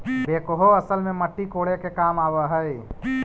backhoe असल में मट्टी कोड़े के काम आवऽ हई